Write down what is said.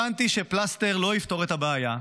הבנתי שפלסטר לא יפתור את הבעיה,